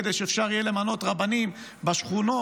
כדי שאפשר יהיה למנות רבנים בשכונות,